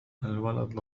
الولد